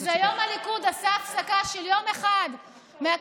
אז היום הליכוד עשה הפסקה של יום אחד מהכישלון